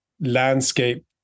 landscape